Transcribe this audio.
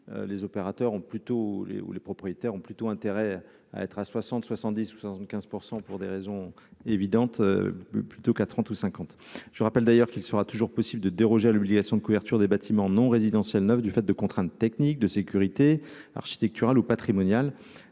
ont plutôt les ou les propriétaires ont plutôt intérêt à être à 60 70 ou 75 %, pour des raisons évidentes plutôt qu'à 30 ou 50, je rappelle d'ailleurs qu'il sera toujours possible de déroger à l'obligation de couverture des bâtiments non résidentiels neufs, du fait de contraintes techniques de sécurité architectural ou patrimonial si